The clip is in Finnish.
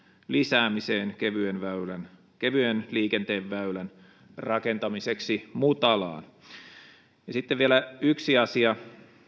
lisäämiseen kevyen liikenteen väylän rakentamiseksi mutalaan sitten vielä yksi asia